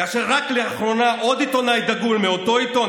כאשר רק לאחרונה עוד עיתונאי דגול מאותו עיתון,